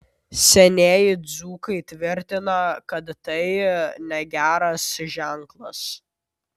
senieji dzūkai tvirtina kad tai negeras ženklas